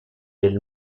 del